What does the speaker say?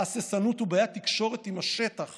ההססנות ובעיית התקשורת עם השטח